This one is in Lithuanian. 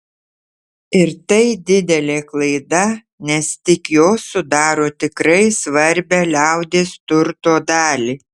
ir tai didelė klaida nes tik jos sudaro tikrai svarbią liaudies turto dalį